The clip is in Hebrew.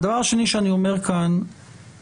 והדבר השני שאני אומר כאן בזהירות,